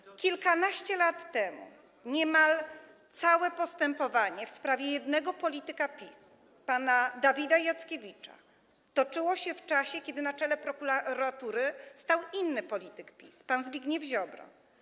Kilkanaście lat temu niemal całe postępowanie w sprawie jednego polityka PiS - pana Dawida Jackiewicza toczyło się w czasie, kiedy na czele prokuratury stał inny polityk PiS, pan Zbigniew Ziobro.